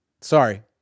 Sorry